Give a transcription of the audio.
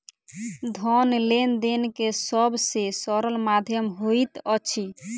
धन लेन देन के सब से सरल माध्यम होइत अछि